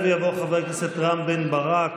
יעלה ויבוא חבר הכנסת רם בן ברק.